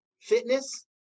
fitness